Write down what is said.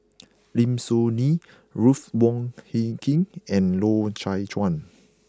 Lim Soo Ngee Ruth Wong Hie King and Loy Chye Chuan